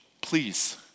Please